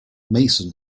mason